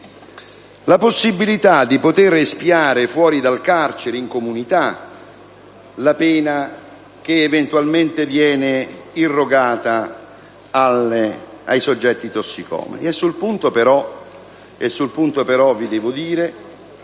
la possibilità di espiare fuori dal carcere, in comunità, la pena che eventualmente viene irrogata ai soggetti tossicomani.